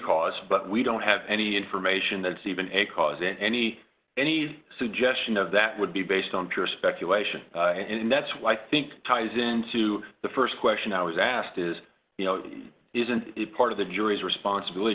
cause but we don't have any information that's even a cause in any any suggestion of that would be based on pure speculation and that's why i think ties into the st question i was asked is you know isn't it part of the jury's responsibility